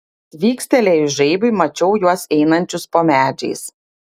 tvykstelėjus žaibui mačiau juos einančius po medžiais